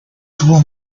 tuvo